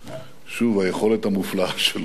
שוב, היכולת המופלאה שלו לחצות